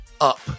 up